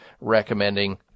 recommending